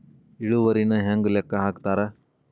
ಇಳುವರಿನ ಹೆಂಗ ಲೆಕ್ಕ ಹಾಕ್ತಾರಾ